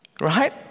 Right